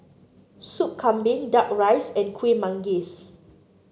Soup Kambing duck rice and Kuih Manggis